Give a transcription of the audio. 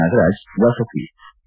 ನಾಗರಾಜ್ ವಸತಿ ಸಿ